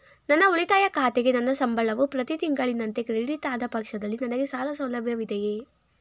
ನನ್ನ ಉಳಿತಾಯ ಖಾತೆಗೆ ನನ್ನ ಸಂಬಳವು ಪ್ರತಿ ತಿಂಗಳಿನಂತೆ ಕ್ರೆಡಿಟ್ ಆದ ಪಕ್ಷದಲ್ಲಿ ನನಗೆ ಸಾಲ ಸೌಲಭ್ಯವಿದೆಯೇ?